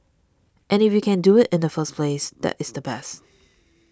and if you can do it in the first pass that is the best